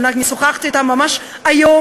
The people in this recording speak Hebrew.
ששוחחתי אתם ממש היום,